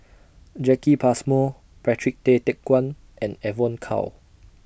Jacki Passmore Patrick Tay Teck Guan and Evon Kow